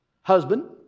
husband